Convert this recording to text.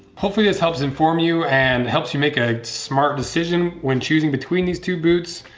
hopefully this helps inform you and helps you make a smart decision when choosing between these two boots.